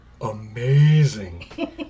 Amazing